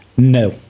No